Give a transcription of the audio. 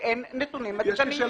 ואין נתונים עדכניים.